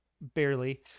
barely